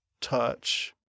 touch